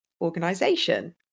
organization